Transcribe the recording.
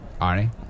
Arnie